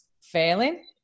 failing